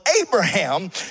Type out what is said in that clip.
Abraham